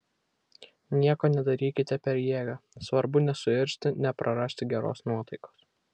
nieko nedarykite per jėgą svarbu nesuirzti neprarasti geros nuotaikos